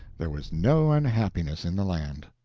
there was no unhappiness in the land.